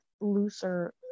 looser